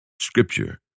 Scripture